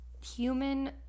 human